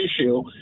issue